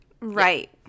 Right